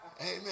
Amen